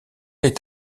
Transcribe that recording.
est